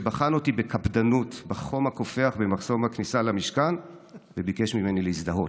שבחן אותי בקפדנות בחום הקופח במחסום הכניסה למשכן וביקש ממני להזדהות.